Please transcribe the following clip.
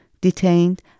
detained